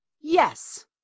Yes